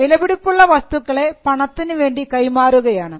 വിലപിടിപ്പുള്ള വസ്തുക്കളെ പണത്തിനുവേണ്ടി കൈമാറുകയാണ്